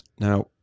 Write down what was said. Now